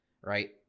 right